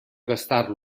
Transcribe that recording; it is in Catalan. gastar